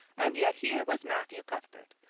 and yet here was matthew cuthbert,